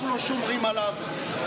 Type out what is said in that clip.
אנחנו לא שומרים עליו,